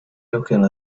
looking